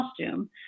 costume